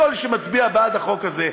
כל מי שמצביע בעד בחוק הזה,